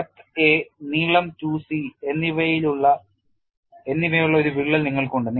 depth a നീളം 2c എന്നിവയുള്ള ഒരു വിള്ളൽ നിങ്ങൾക്കുണ്ട്